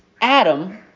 Adam